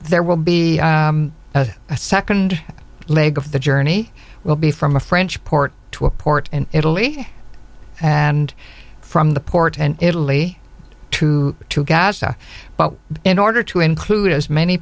there will be a second leg of the journey will be from a french port to a port in italy and from the port and italy two to gaza but in order to include as many